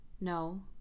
No